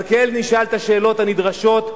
אבל כן נשאל את השאלות הנדרשות,